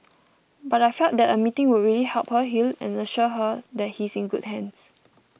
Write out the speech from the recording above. but I felt that a meeting would really help her heal and assure her that he's in good hands